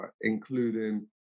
including